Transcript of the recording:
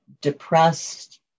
depressed